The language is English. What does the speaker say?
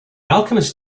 alchemist